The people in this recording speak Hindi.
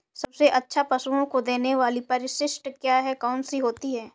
सबसे अच्छा पशुओं को देने वाली परिशिष्ट क्या है? कौन सी होती है?